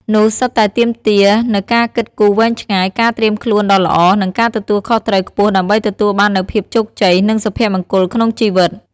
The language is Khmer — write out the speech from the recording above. នោះសុទ្ធតែទាមទារនូវការគិតគូរវែងឆ្ងាយ ការត្រៀមខ្លួនដ៏ល្អ និងការទទួលខុសត្រូវខ្ពស់ដើម្បីទទួលបាននូវភាពជោគជ័យ និងសុភមង្គលក្នុងជីវិត។